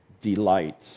delight